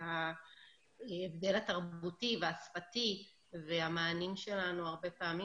להבדל התרבותי והשפתי והמענים שלנו הרבה פעמים